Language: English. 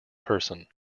person